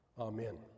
Amen